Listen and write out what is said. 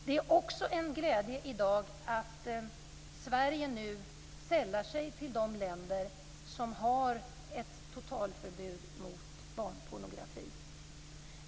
Det är också en glädje i dag att Sverige nu sällar sig till de länder som har ett totalförbud mot barnpornografi.